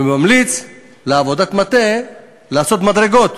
הוא ממליץ לעבודת המטה לעשות מדרגות.